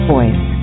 Voice